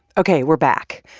ok, we're back.